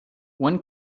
one